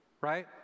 right